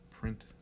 print